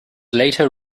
later